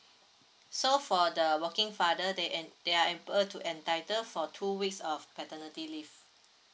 so for the working father they en~ they are able to entitle for two weeks of paternity leave